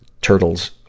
Turtles